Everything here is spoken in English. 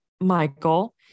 Michael